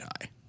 high